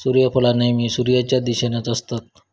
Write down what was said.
सुर्यफुला नेहमी सुर्याच्या दिशेनेच असतत